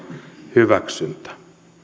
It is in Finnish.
hyväksyntä